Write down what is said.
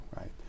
right